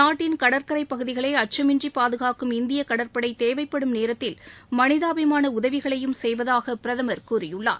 நாட்டின் கடற்கரைப் பகுதிகளை அச்சமின்றி பாதுகாக்கும் இந்திய கடற்படை தேவைப்படும் நேரத்தில் மனிதாபிமான உதவிகளையும் செய்வதாக பிரதமர் கூறியுள்ளார்